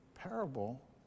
parable